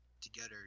together